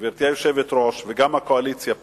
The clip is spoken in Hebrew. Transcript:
גברתי היושבת-ראש, וגם הקואליציה פה,